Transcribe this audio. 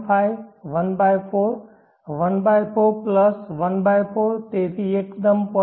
5 14 14 વત્તા 14 તેથી એકદમ 0